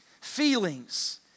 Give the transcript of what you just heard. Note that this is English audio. Feelings